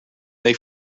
may